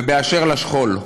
ואשר לשכול: